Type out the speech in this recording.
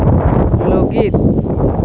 ᱞᱟᱹᱜᱤᱫ